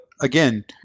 again